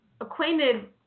acquainted